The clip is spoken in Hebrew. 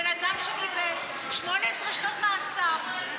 בן אדם שקיבל 18 שנות מאסר,